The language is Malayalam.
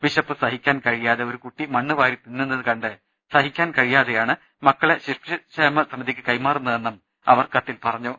വിശപ്പ് സഹിക്കാൻ കഴിയാതെ ഒരു കൂട്ടി മണ്ണ്വാരി തിന്നുന്നത് കണ്ട് സഹിക്കാൻ കഴിയാതെയാണ് മക്കളെ ശിശുക്ഷേമ സമിതിക്ക് കൈമാറുന്നതെന്ന് അവർ കത്തിൽ പറഞ്ഞു